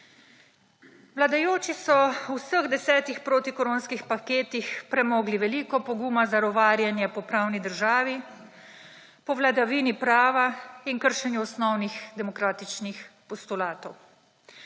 Vladajoči so v vseh desetih protikoronskih paketih premogli veliko poguma za ruvarjenje po pravni državi, po vladavini prava in kršenju osnovnih demokratičnih postulatov.